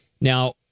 Now